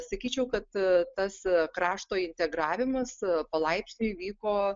sakyčiau kad tas krašto integravimas palaipsniui vyko